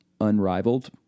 unrivaled